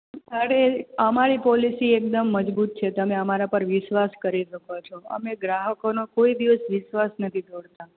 અરે અમારી પોલિસી એકદમ મજબૂત છે તમે અમારા પર વિશ્વાસ કરી શકો છો અમે ગ્રાહકોનો કોઈ દિવસ વિશ્વાસ નથી તોડતા